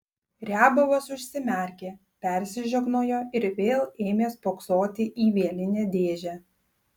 riabovas užsimerkė persižegnojo ir vėl ėmė spoksoti į vielinę dėžę